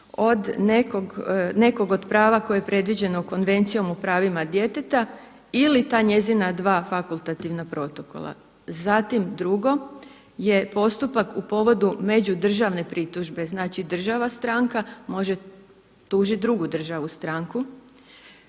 od nekog od prava koje je predviđeno Konvencijom o pravima djeteta ili ta njezina fakultativna protokola. Zatim drugo je postupak u povodu međudržavne pritužbe, znači država stranka, može tužiti drugu državu stranku